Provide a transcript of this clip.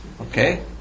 Okay